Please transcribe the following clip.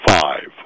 five